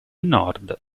nord